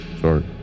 Sorry